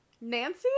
nancy